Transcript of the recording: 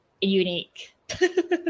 unique